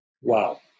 Wow